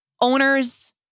owners